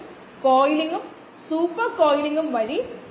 scattered ആയ പ്രകാശം കോശങ്ങളുടെ സാന്ദ്രതയ്ക്ക് ആനുപാതികമാണ്